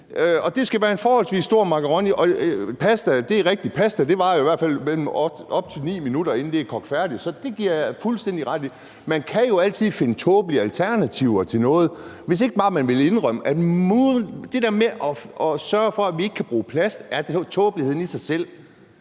Det skulle være en forholdsvis stor makaroni. Og det er rigtigt, at det i hvert fald varer op til 9 minutter, før pasta er kogt færdig. Så det giver jeg fuldstændig ret i. Man kan jo altid finde tåbelige alternativer til noget, hvis ikke man bare vil indrømme, at det der med at sørge for, at vi ikke kan bruge plast, er tåbeligheden i sig selv.